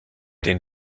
den